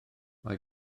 mae